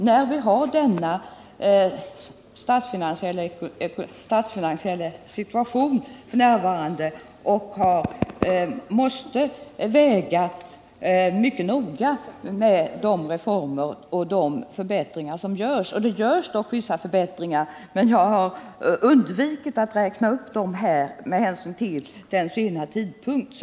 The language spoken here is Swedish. När vi har denna statsfinansiella situation f. n. måste vi mycket noga avväga de reformer och förbättringar som görs. Det görs dock vissa förbättringar, men jag har undvikit att räkna upp dem med hänsyn till den sena tidpunkten.